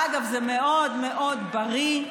אגב, זה מאוד מאוד בריא.